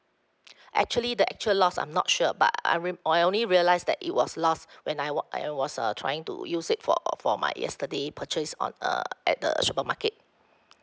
actually the actual lost I'm not sure but I I I rem~ I only realized that it was lost when I wa~ I was uh trying to use it for err for my yesterday purchase on err at the supermarket